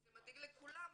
וזה מדאיג לכולם.